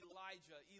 Elijah